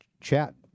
chat